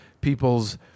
people's